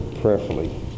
prayerfully